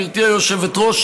גברתי היושבת-ראש,